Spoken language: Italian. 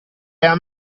alla